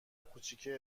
کوچیکه